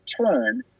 turn